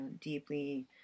deeply